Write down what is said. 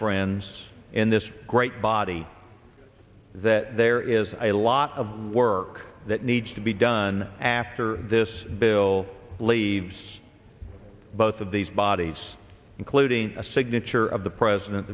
friends in this great body that there is a lot of work that needs to be done after this bill leaves both of these bodies including a signature of the president